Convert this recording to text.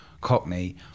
Cockney